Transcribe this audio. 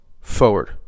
forward